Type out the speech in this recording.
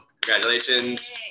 congratulations